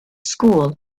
school